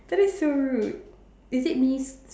that is so rude is it miss